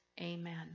amen